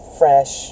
fresh